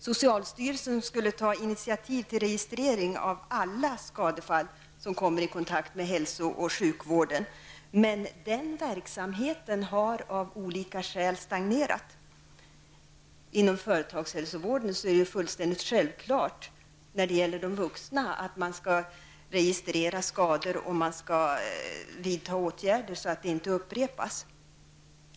Socialstyrelsen skulle ta initiativ till registrering av alla skadefall som kommer i kontakt med hälso och sjukvården, men den verksamheten har av olika skäl stagnerat. Inom företagshälsovården för vuxna är det ju fullkomligt självklart att man skall registrera kroppsskador och att man skall vidta åtgärder så att de inte upprepas.